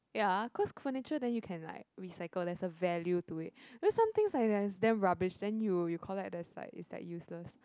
ya cause furniture then you can like recycle there's a value to it because some things like that is damn rubbish then you you collect there's like it's like useless